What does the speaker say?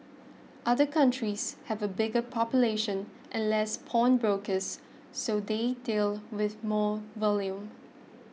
other countries have a bigger population and less pawnbrokers so they deal with more volume